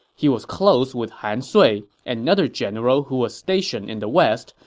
he was close with han sui, another general who was stationed in the west,